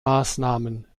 maßnahmen